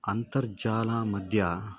अन्तर्जाले मध्ये